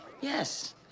Yes